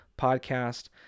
podcast